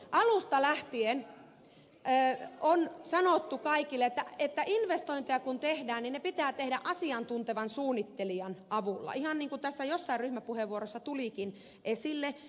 alusta lähtien on sanottu kaikille että kun investointeja tehdään niin ne pitää tehdä asiantuntevan suunnittelijan avulla ihan niin kuin tässä jossain ryhmäpuheenvuorossa tulikin esille